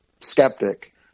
skeptic